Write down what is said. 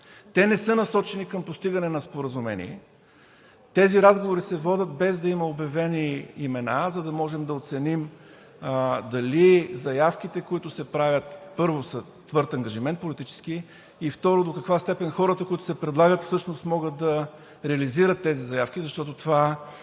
те не са насочени към постигане на споразумение. Тези разговори се водят, без да има обявени имена, за да можем да оценим дали заявките, които се правят, първо, са твърд политически ангажимент, и, второ, до каква степен хората, които се предлагат, всъщност могат да реализират тези заявки, защото това